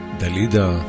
Dalida